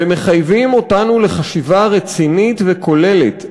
והם מחייבים אותנו לחשיבה רצינית וכוללת.